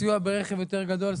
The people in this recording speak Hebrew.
סיוע ברכב יותר גדול,